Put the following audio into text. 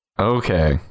Okay